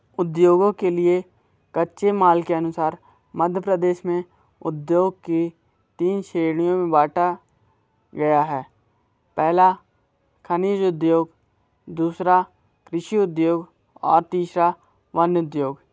उद्योगों के लिए कच्चे माल के अनुसार मध्य प्रदेकश में उद्योग को तीन श्रेणियों में बांटा गया है पहला खनिज उद्योग दूसरा कृषि उद्योग और तीसरा वन उद्योग